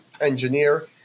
engineer